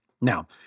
Now